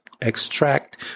extract